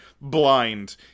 blind